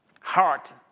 heart